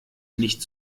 nicht